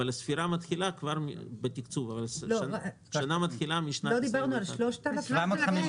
אבל התוכנית מתחילה כבר בשנת 21. לא דיברנו על 3,000 דירות?